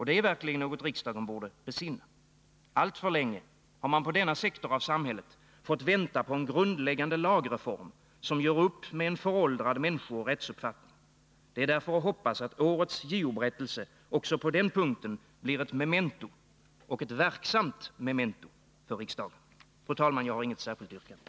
Det är verkligen något riksdagen borde besinna. Alltför länge har man inom denna sektor av samhället fått vänta på en grundläggande lagreform, som gör upp med en föråldrad människooch rättsuppfattning. Det är därför att hoppas att årets JO-berättelse också på den punkten blir ett memento — och ett verksamt memento — för riksdagen. Fru talman! Jag har inget särskilt yrkande.